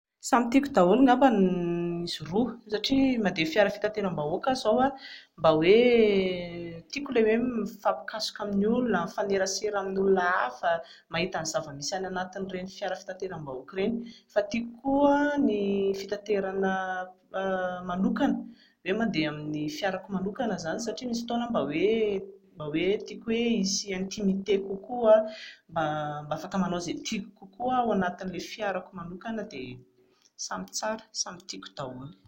Samy tiako daholo angamba izy roa satria mandeha fiara fitateram-bahoaka aho izao a, mba hoe tiako ilay hoe mifampikasoka amin'ny olona, mifanerasera amin'ny olona hafa, mahita ny zava-misy any anatin'ireny fiara fitateram-bahoaka ireny, fa tiako koa ny fitaterana manokana hoe mandeha amin'ny fiarako manokana izany satria misy fotoana aho mba hoe mba hoe tiako hisy intimité kokoa a, afaka manao izay tiako kokoa aho ao anatin'ilay fiarako manokana dia samy tsara, samy tiako daholo